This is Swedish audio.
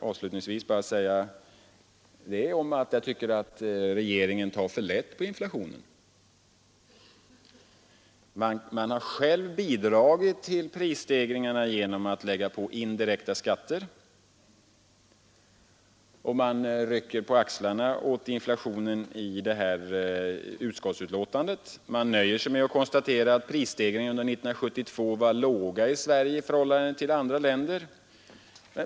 Avslutningsvis skall jag säga, att jag tycker att regeringen tar för lätt på inflationen. Man har själv bidragit till prisstegringarna genom att lägga på indirekta skatter och man rycker på axlarna åt inflationen i detta utskottsbetänkande. Man nöjer sig med att konstatera att prisstegringarna i Sverige varit låga i förhållande till andra länders.